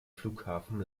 flughafen